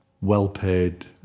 well-paid